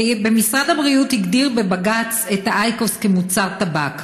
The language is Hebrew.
משרד הבריאות הגדיר בבג"ץ את אייקוס כמוצר טבק.